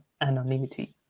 anonymity